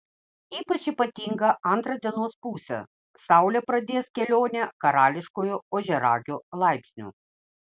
ypač ypatinga antra dienos pusė saulė pradės kelionę karališkuoju ožiaragio laipsniu